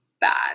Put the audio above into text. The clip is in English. bad